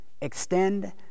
Extend